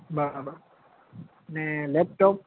બરાબર ને લેપટોપ